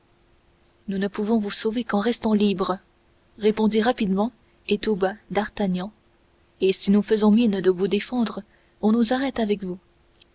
nous ne pouvons vous sauver qu'en restant libres répondit rapidement et tout bas d'artagnan et si nous faisons mine de vous défendre on nous arrête avec vous